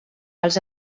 els